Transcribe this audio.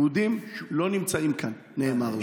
יהודים לא נמצאים כאן, נאמר לה.